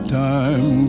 time